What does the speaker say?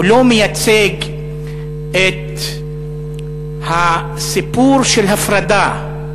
הוא לא מייצג את הסיפור של הפרדה.